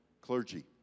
clergy